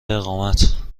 اقامت